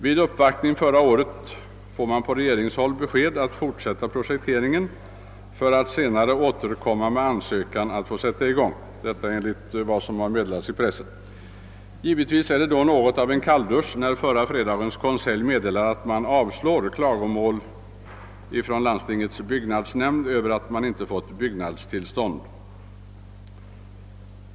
Vid uppvaktning förra året fick man från regeringshåll beskedet att fortsätta projekteringen för att senare återkomma med ansökan att få sätta i gång. Givetvis är det då något av en kalldusch, när förra fredagens konselj meddelade att regeringen avslår klagomå len över att landstingets byggnadsnämnd inte har fått byggnadstillstånd.